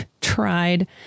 tried